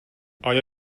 آیا